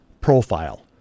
profile